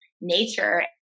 nature